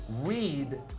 read